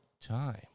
Time